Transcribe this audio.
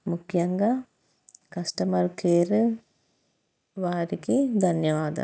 ముఖ్యంగా customer care వారికి ధన్యవాదాలు